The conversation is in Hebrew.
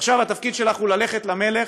ועכשיו התפקיד שלך הוא ללכת למלך,